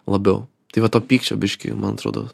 labiau tai va to pykčio biškį man atrodo